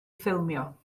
ffilmio